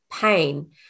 pain